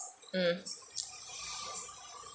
mm